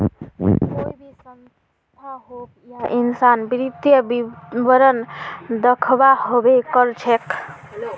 कोई भी संस्था होक या इंसान वित्तीय विवरण दखव्वा हबे कर छेक